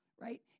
right